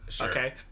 Okay